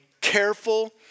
careful